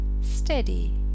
steady